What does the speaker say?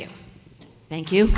you thank you